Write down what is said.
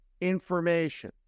information